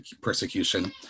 persecution